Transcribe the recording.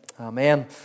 Amen